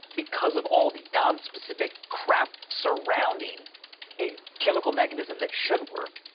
because of all the done specific crap surrounding a chemical mechanism that should work,